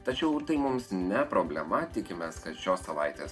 tačiau tai mums ne problema tikimės kad šios savaitės